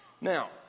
Now